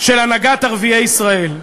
של הנהגת ערביי ישראל.